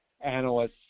analysts